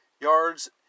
yards